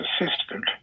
assistant